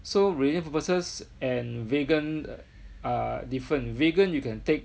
so religion purposes and vegan are different vegan you can take